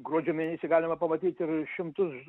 gruodžio mėnesį galima pamatyti ir šimtus